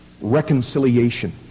reconciliation